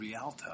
Rialto